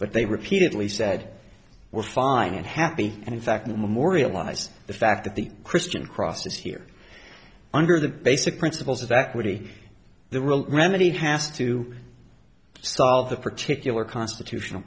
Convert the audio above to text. but they repeatedly said we're fine and happy and in fact memorialize the fact that the christian cross is here under the basic principles of equity the real remedy has to solve the particular constitutional